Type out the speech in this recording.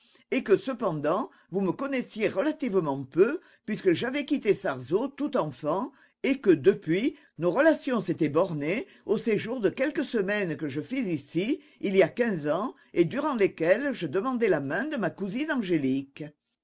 et que cependant vous me connaissiez relativement peu puisque j'avais quitté sarzeau tout enfant et que depuis nos relations s'étaient bornées au séjour de quelques semaines que je fis ici il y a quinze ans et durant lesquelles je demandai la main de ma cousine angélique